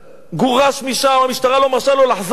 המשטרה לא מרשה לו לחזור, כי נשקפת לו סכנת חיים.